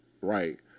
right